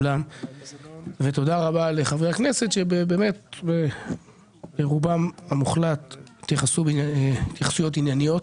ותודה לחברי הכנסת שברובם המוחלט התייחסו התייחסויות ענייניות.